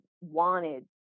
wanted